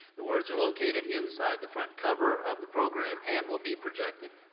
the words are located inside the front cover of the program, and will be projected.